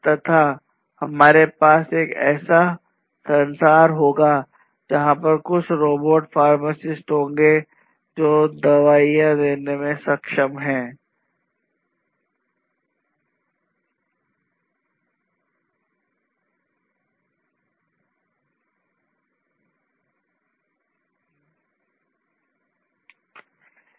तथा हमारे पास एक ऐसा संसार होगा जहां पर कुछ रोबोट फार्मासिस्ट होंगे जो दवा उद्योग में मदद करेंगे